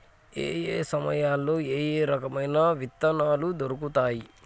ఏయే సమయాల్లో ఏయే రకమైన విత్తనాలు దొరుకుతాయి?